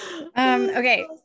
Okay